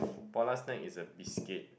Polar snack is a biscuit